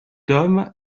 tom